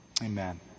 Amen